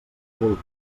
vulgui